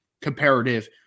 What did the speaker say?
comparative